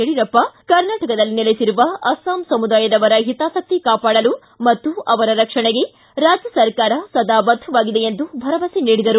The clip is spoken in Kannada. ಯಡಿಯೂರಪ್ಪ ಕರ್ನಾಟಕದಲ್ಲಿ ನೆಲೆಸಿರುವ ಅಸ್ಲಾಂ ಸಮುದಾಯದವರ ಹಿತಾಸಕ್ತಿ ಕಾಪಾಡಲು ಮತ್ತು ಅವರ ರಕ್ಷಣೆಗೆ ರಾಜ್ಯ ಸರ್ಕಾರ ಬದ್ದವಾಗಿದೆ ಎಂದು ಭರವಸೆ ನೀಡಿದರು